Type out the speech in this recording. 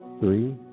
three